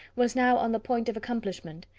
was now on the point of accomplishment,